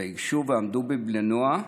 " ייגשו ועמדו עד בלי נוע.